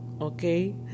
okay